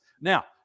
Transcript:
Now